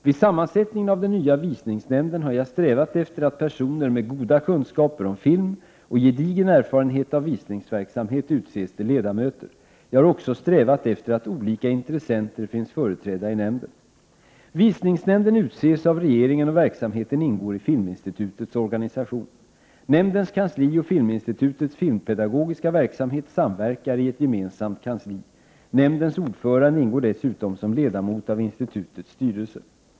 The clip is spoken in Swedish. Vid sammansättningen av den nya Visningsnämnden har jag strävat efter att personer med goda kunskaper om film och gedigen erfarenhet av visningsverksamhet utses till ledamöter. Jag har också strävat efter att olika intressenter finns företrädda i nämnden. Visningsnämnden utses av regeringen och verksamheten ingår i Filminstitutets organisation. Nämndens kansli och Filminstitutets filmpedagogiska verksamhet samverkar i ett gemensamt kansli. Nämndens ordförande ingår dessutom som ledamot av institutets styrelse.